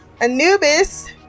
Anubis